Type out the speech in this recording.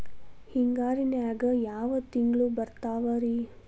ಹಿಂಗಾರಿನ್ಯಾಗ ಯಾವ ತಿಂಗ್ಳು ಬರ್ತಾವ ರಿ?